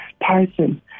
python